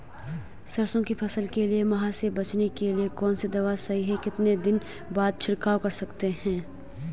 सरसों की फसल के लिए माह से बचने के लिए कौन सी दवा सही है कितने दिन बाद छिड़काव कर सकते हैं?